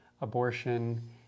abortion